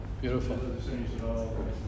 beautiful